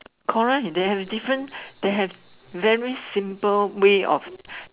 correct they have different they have very simple way of